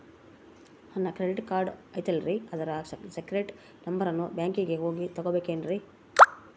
ನನ್ನ credit card ಐತಲ್ರೇ ಅದರ ಸೇಕ್ರೇಟ್ ನಂಬರನ್ನು ಬ್ಯಾಂಕಿಗೆ ಹೋಗಿ ತಗೋಬೇಕಿನ್ರಿ?